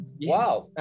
Wow